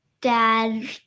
dad